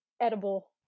edible